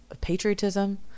patriotism